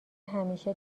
همیشه